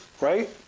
right